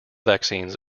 vaccines